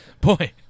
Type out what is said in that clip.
Boy